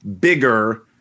bigger